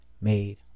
made